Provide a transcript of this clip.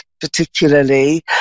particularly